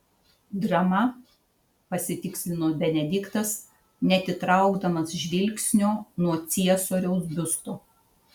drama pasitikslino benediktas neatitraukdamas žvilgsnio nuo ciesoriaus biusto